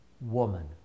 woman